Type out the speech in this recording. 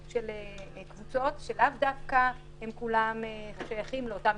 של קבוצות שלאו דווקא כולם שייכים לאותה משפחה.